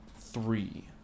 Three